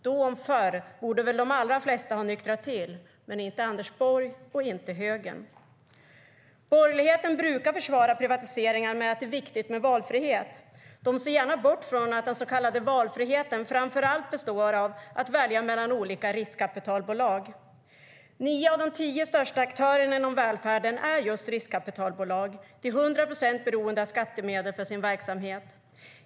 Då om inte förr borde väl de allra flesta ha nyktrat till, men inte Anders Borg och inte högern. Borgerligheten brukar försvara privatiseringarna med att det är viktigt med valfrihet. De ser gärna bort från att den så kallade valfriheten framför allt består av att välja mellan olika riskkapitalbolag. Nio av de tio största aktörerna inom välfärden är just riskkapitalbolag, som till hundra procent är beroende av skattemedel för sin verksamhet.